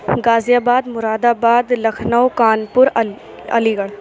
غازی آباد مُراد آباد لکھنؤ کانپور علی گڑھ